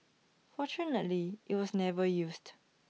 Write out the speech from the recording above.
fortunately IT was never used